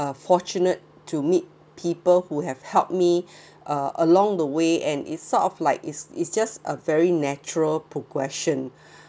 uh fortunate to meet people who have helped me uh along the way and it's sort of like it's it's just a very natural progression